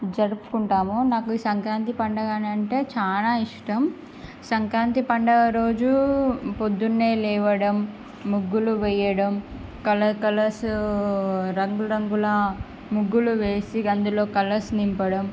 జరుపుకుంటాము నాకు ఈ సంక్రాంతి పండుగ అని అంటే చాల ఇష్టం సంక్రాంతి పండుగ రోజు పొద్దున్నే లేవడం ముగ్గులు వేయడం కలర్ కలర్స్ రంగు రంగుల ముగ్గులు వేసి అందులో కలర్స్ నింపడం